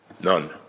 None